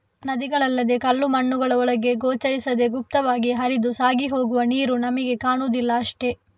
ನದಿಗಳಲ್ಲದೇ ಕಲ್ಲು ಮಣ್ಣುಗಳ ಒಳಗೆ ಗೋಚರಿಸದೇ ಗುಪ್ತವಾಗಿ ಹರಿದು ಸಾಗಿ ಹೋಗುವ ನೀರು ನಮಿಗೆ ಕಾಣುದಿಲ್ಲ ಅಷ್ಟೇ